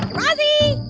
razzie?